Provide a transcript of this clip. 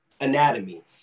anatomy